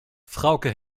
frauke